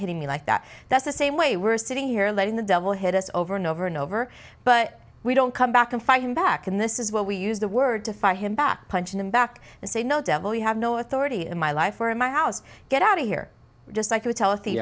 hitting me like that that's the same way we're sitting here letting the devil hit us over and over and over but we don't come back and fight him back and this is what we use the word to fire him back punching him back and say no devil you have no authority in my life or in my house get out of here just like you tell us t